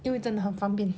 因为真的很方便